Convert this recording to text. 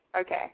okay